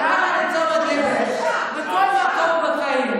אז אנא, לתשומת ליבך, בכל מקום בחיים.